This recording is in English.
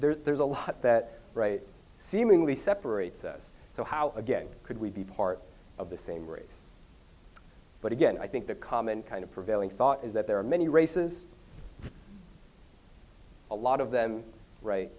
that there's a lot that seemingly separates us so how again could we be part of the same race but again i think the common kind of prevailing thought is that there are many races a lot of them